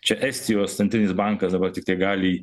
čia estijos centrinis bankas dabar tik tai gali